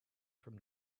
from